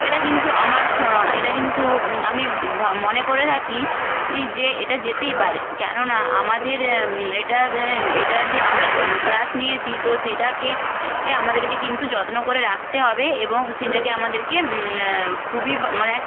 এটা কিন্তু আমার এটা কিন্তু আমি মনে করে থাকি যে এটা যেতেই পারে কেননা আমাদের এটা এটা যে আমরা ক্লাস নিয়েছি তো সেটাকে এ আমাদেরকে কিন্তু যত্ন করে রাখতে হবে এবং সেটাকে আমাদেরকে খুবই মানে